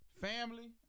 Family